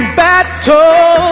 battle